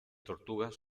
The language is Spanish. tortugas